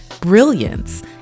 Brilliance